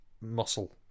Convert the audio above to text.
muscle